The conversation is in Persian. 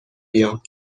بیام